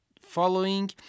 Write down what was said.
following